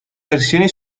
versioni